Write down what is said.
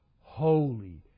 holy